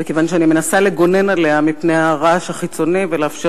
וכיוון שאני מנסה לגונן עליה מפני הרעש החיצוני ולאפשר